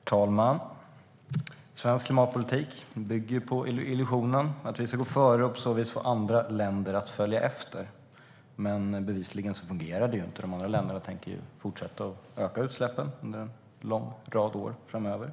Herr talman! Svensk klimatpolitik bygger på illusionen att vi ska gå före och på så vis få andra länder att följa efter. Men bevisligen fungerar det inte. De andra länderna tänker ju fortsätta att öka utsläppen under en lång rad år framöver.